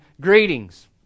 greetings